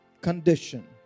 condition